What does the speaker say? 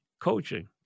coaching